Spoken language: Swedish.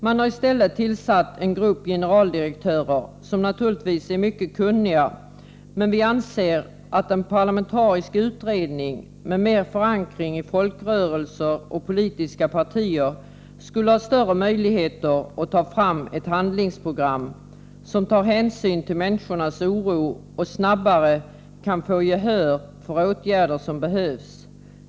Man har istället tillsatt en grupp generaldirektörer, som naturligtvis är mycket kunniga, men vi anser att en parlamentarisk utredning med mer förankring i folkrörelser och politiska partier skulle ha större möjligheter att ta fram ett handlingsprogram som tar hänsyn till människornas oro och som snabbare kan få gehör för de åtgärder som behövs.